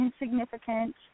insignificant